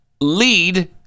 lead